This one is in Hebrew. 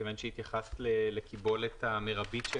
מכיוון שהתייחסת לקיבולת המרבית של